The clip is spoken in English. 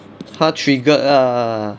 他 triggered lah